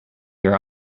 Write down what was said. your